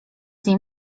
nim